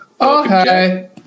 Okay